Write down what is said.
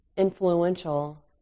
influential